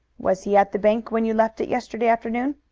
was he at the bank when you left it yesterday afternoon?